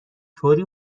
طوری